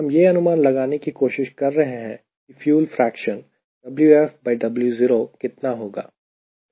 हम यह अनुमान लगाने की कोशिश कर रहे हैं कि फ्यूल फ्रेक्शन WfWo कितना होगा